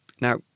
Now